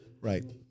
Right